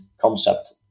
concept